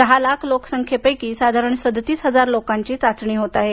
दहा लाख लोकसंख्येपैकी साधारण सदतीस हजार लोकांची चाचणी होत आहे